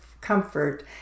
comfort